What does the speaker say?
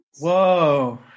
Whoa